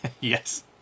yes